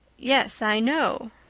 yes, i know,